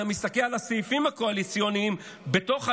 אתה מסתכל על הסעיפים הקואליציוניים בתוך העניין,